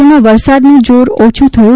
રાજ્યમાં વરસાદનું જોર ઓછું થયું